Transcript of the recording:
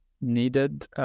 needed